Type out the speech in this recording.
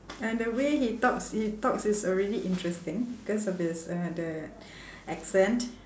and the way he talks he talks is already interesting because of his uh the accent